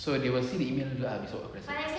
so they will see the email juga esok send